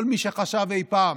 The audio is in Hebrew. כל מי שחשב אי-פעם